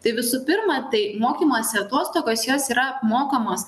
tai visų pirma tai mokymosi atostogos jos yra apmokamos